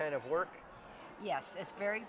kind of work yes it's very